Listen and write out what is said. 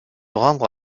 rendre